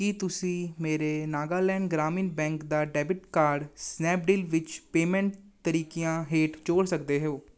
ਕੀ ਤੁਸੀਂਂ ਮੇਰੇ ਨਾਗਾਲੈਂਡ ਗ੍ਰਾਮੀਨ ਬੈਂਕ ਦਾ ਡੈਬਿਟ ਕਾਰਡ ਸਨੈਪਡੀਲ ਵਿੱਚ ਪੇਮੈਂਟ ਤਰੀਕਿਆਂ ਹੇਠ ਜੋੜ ਸਕਦੇ ਹੋ